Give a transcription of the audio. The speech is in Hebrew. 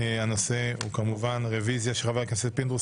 הנושא הוא כמובן רביזיה של חבר הכנסת פינדרוס